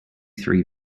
three